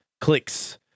clicks